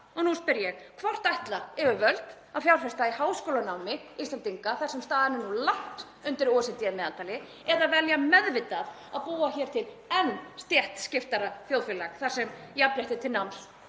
Og nú spyr ég: Hvort ætla yfirvöld að fjárfesta í háskólanámi Íslendinga þar sem staðan er nú langt undir OECD-meðaltali eða velja meðvitað að búa til enn stéttskiptara þjóðfélag þar sem jafnrétti til náms